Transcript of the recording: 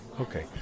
okay